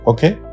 Okay